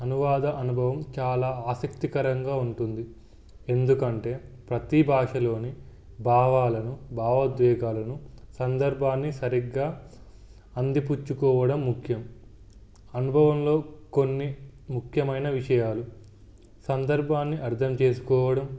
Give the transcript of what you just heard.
అనువాద అనుభవం చాలా ఆసక్తికరంగా ఉంటుంది ఎందుకంటే ప్రతీ భాషలోని భావాలను భావోద్వేగాలను సందర్భాన్ని సరిగ్గా అందిపుచ్చుకోవడం ముఖ్యం అనుభవంలో కొన్ని ముఖ్యమైన విషయాలు సందర్భాన్ని అర్థం చేసుకోవడం